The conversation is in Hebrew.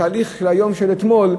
בתהליך של יום אתמול,